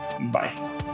Bye